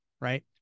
right